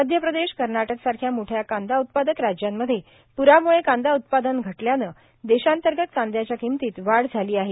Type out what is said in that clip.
मध्यप्रदेश कर्नाटकसारख्या मोठ्या कांदा उत्पादक राज्यांमध्ये प्रामुळे कांदा उत्पादन घटल्यानं देशांतर्गत कांद्याच्या किंमतीत वाढ झाली आहे